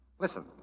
Listen